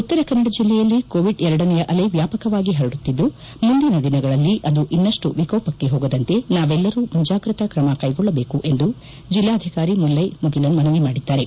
ಉತ್ತರ ಕನ್ನಡ ಜಿಲ್ಲೆಯಲ್ಲಿ ಕೋವಿಡ್ ಎರಡನೆಯ ಅಲೆ ವ್ಯಾಪಕವಾಗಿ ಪರಡುತ್ತಿದ್ದು ಮುಂದಿನ ದಿನಗಳಲ್ಲಿ ಅದು ಇನ್ನಷ್ಟು ವಿಕೋಪಕ್ಕೆ ಹೋಗದಂತೆ ನಾವೆಲ್ಲರೂ ಮುಂಜಾಗ್ರತಾ ಕ್ರಮ ಕೈಗೊಳ್ಳಬೇಕು ಎಂದು ಜಿಲ್ಲಾಧಿಕಾರಿ ಮುಲ್ಲೈ ಮುಗಿಲನ್ ಮನವಿ ಮಾಡಿದ್ದಾರೆ